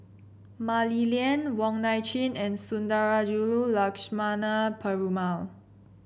Mah Li Lian Wong Nai Chin and Sundarajulu Lakshmana Perumal